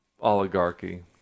oligarchy